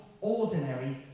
ordinary